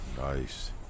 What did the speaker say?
Nice